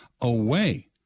away